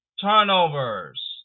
turnovers